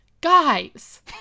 Guys